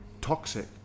toxic